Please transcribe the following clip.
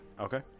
Okay